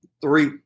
three